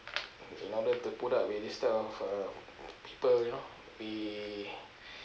in order to put up with this type of uh people you know we